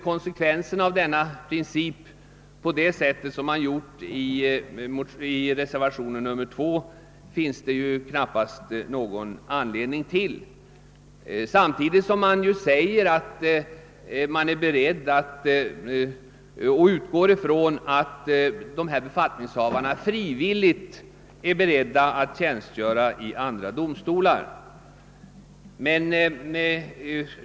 Konsekvenserna av principen kan dock knappast dras ut på det sätt som föreslås i reservationen 2, samtidigt som man utgår från att dessa befattningshavare är beredda att frivilligt tjänstgöra vid andra domstolar.